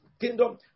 kingdom